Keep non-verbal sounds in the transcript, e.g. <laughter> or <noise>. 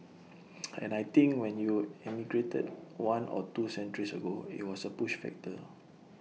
<noise> and I think when you emigrated one or two centuries ago IT was A push factor